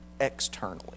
externally